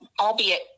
albeit